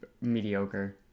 mediocre